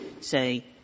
say —